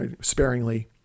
sparingly